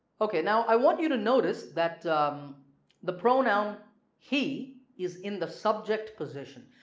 ok now i want you to notice that the pronoun he is in the subject position.